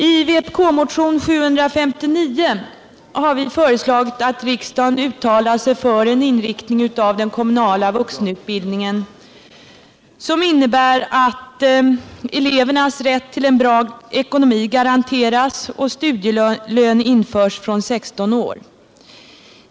I vpk-motionen 759 har vi föreslagit att riksdagen uttalar sig för en inriktning av den kommunala vuxenutbildningen, som innebär att elevernas rätt till en god ekonomi garanteras och att studielön införs fr.o.m. 16 års ålder.